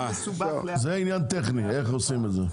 זה עניין טכני איך עושים את זה.